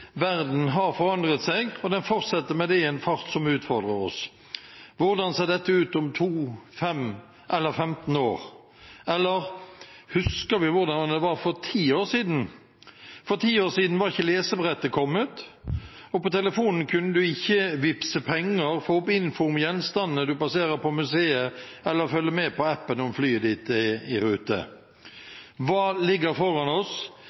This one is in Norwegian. Verden har forandret seg, og den fortsetter med det i en fart som utfordrer oss. Hvordan ser dette ut om 2, 5 eller 15 år? Eller – husker vi hvordan det var for ti år siden? For ti år siden var ikke lesebrettet kommet, og på telefonen kunne du ikke vippse penger, få opp info om gjenstandene du passerer på museet, eller følge med på appen om flyet ditt er i rute. Hva ligger foran oss?